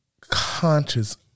conscious